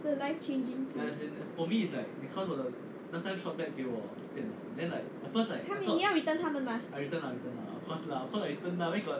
the life changing thing 他们你要 return 他们吗